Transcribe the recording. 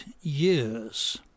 years